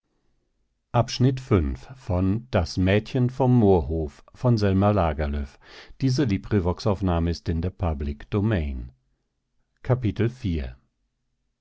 das mädchen so